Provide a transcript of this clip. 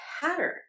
pattern